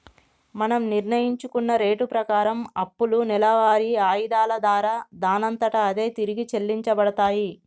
మనం నిర్ణయించుకున్న రేటు ప్రకారం అప్పులు నెలవారి ఆయిధాల దారా దానంతట అదే తిరిగి చెల్లించబడతాయి